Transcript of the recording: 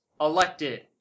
elected